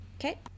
Okay